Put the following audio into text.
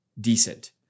decent